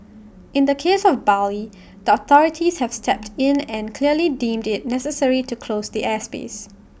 in the case of Bali the authorities have stepped in and clearly deemed IT necessary to close the airspace